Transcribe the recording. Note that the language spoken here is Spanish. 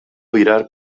virar